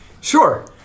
Sure